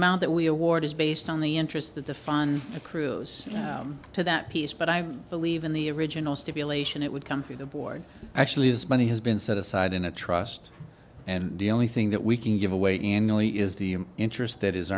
amount that we award is based on the interest that the fund accrues to that piece but i believe in the original stipulation it would come through the board actually is money has been set aside in a trust and the only thing that we can give away and only is the interest that is